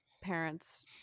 parents